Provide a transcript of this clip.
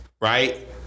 Right